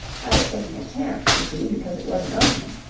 i was taking a chance, y'see, because it was an opening.